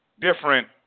different